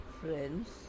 friends